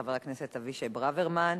חבר הכנסת אבישי ברוורמן,